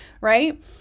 right